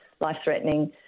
life-threatening